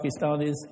Pakistanis